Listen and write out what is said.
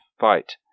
fight